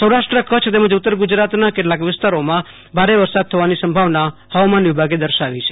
સૌરાષ્ટ્ર કચ્છ તેમજ ઉત્તર ગુજરાતના કેટલાક વિસ્તારોમાં ભારે વરસાદ થવાની આગાહી હવામાન વિભાગે દર્શાવી છે